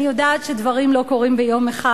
אני יודעת שדברים לא קורים ביום אחד,